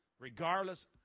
regardless